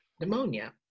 pneumonia